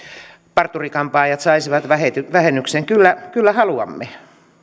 parturi kampaajat saisivat vähennyksen kyllä kyllä haluamme